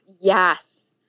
Yes